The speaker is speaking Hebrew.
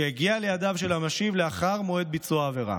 שהגיע לידיו של המשיב לאחר מועד ביצוע העבירה.